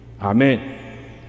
Amen